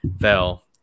fell